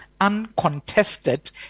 uncontested